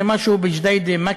זה משהו בג'דיידה-מכר,